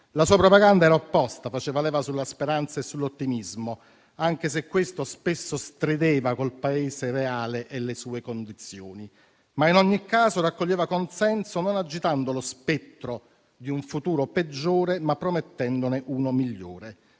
La sua propaganda era opposta: faceva leva sulla speranza e sull'ottimismo, anche se questo spesso strideva con il Paese reale e le sue condizioni. In ogni caso, però, raccoglieva consenso non agitando lo spettro di un futuro peggiore, ma promettendone uno migliore.